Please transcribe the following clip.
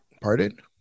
Pardon